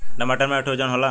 टमाटर मे नाइट्रोजन होला?